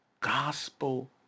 gospel